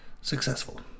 successful